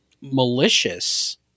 malicious